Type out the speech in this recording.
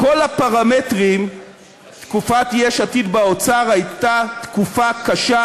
בכל הפרמטרים תקופת יש עתיד באוצר הייתה תקופה קשה,